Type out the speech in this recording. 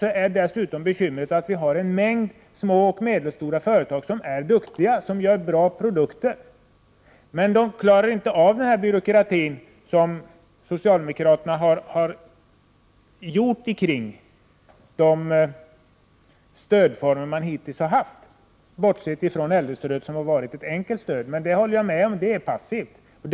Vi har dessutom det bekymret att vi har en mängd små och medelstora företag som är duktiga och gör bra produkter men som inte klarar av den byråkrati som socialdemokraterna har skapat kring de stödformer som vi hittills har haft, bortsett från äldrestödet, som är ett enkelt stöd, men passivt — det kan jag hålla med om.